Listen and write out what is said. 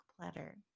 platter